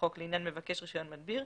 לחוק לעניין מבקש רישיון מדביר,